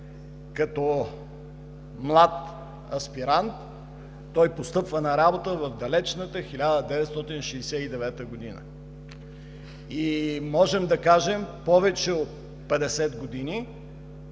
Като млад аспирант той постъпва на работа в далечната 1969 г. и, можем да кажем, повече от 50 години